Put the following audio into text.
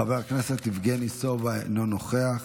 חבר הכנסת יבגני סובה, אינו נוכח.